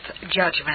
judgment